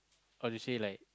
what to say like